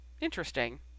interesting